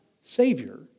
savior